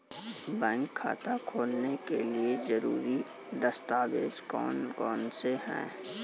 Bank खाता खोलने के लिए ज़रूरी दस्तावेज़ कौन कौनसे हैं?